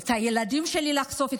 את הילדים שלי לחשוף?